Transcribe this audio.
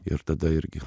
ir tada irgi